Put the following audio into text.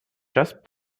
just